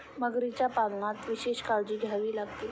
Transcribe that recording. मगरीच्या पालनात विशेष काळजी घ्यावी लागते